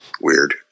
weird